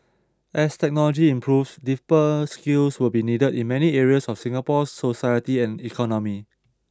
as technology improves deeper skills will be needed in many areas of Singapore's society and economy